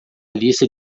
lista